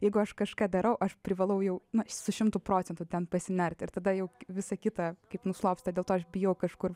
jeigu aš kažką darau aš privalau jau na su šimtu procentų ten pasinerti ir tada jau visa kita kaip nuslopsta dėl to aš bijau kažkur